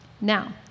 Now